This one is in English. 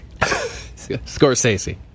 Scorsese